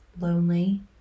lonely